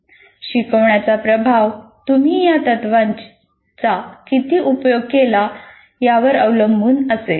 ' शिकवण्याचा प्रभाव तुम्ही या तत्त्वांचा किती उपयोग केला आहे यावर अवलंबून असेल